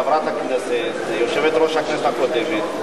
חברת הכנסת ויושבת-ראש הכנסת הקודמת,